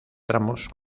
tramos